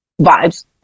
vibes